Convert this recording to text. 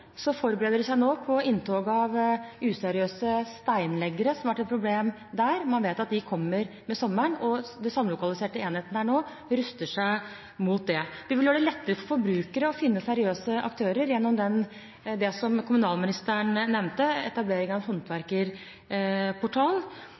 forbereder man seg nå på inntog av useriøse steinleggere, som har vært et problem der. Man vet at de kommer med sommeren, og den samlokaliserte enheten ruster seg nå mot det. Vi vil gjøre det lettere for forbrukere å finne seriøse aktører gjennom det som kommunalministeren nevnte, etablering av en